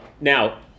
now